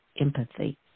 empathy